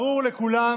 ברור לכולם